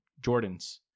jordans